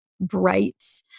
bright